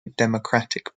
democratic